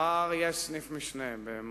במע'אר יש סניף משנה.